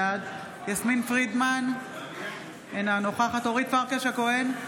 בעד יסמין פרידמן, אינה נוכחת אורית פרקש הכהן,